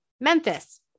Memphis